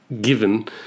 given